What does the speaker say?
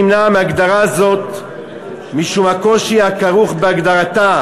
נמנע מהגדרה זאת משום הקושי הכרוך בהגדרתה,